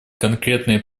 конкретные